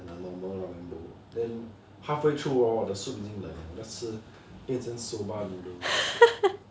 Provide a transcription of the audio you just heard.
the normal ramen bowl then halfway through hor 我的 soup 已经冷了 then 我 just 吃变成 soba noodle